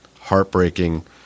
heartbreaking